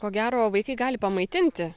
ko gero vaikai gali pamaitinti